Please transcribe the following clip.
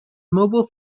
mobile